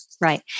Right